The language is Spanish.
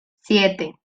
siete